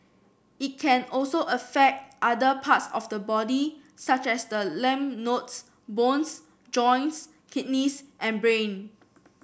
it can also affect other parts of the body such as the lymph nodes bones joints kidneys and brain